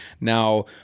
Now